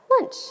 lunch